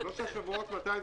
זה לא היה כאן בכנסת ה-20.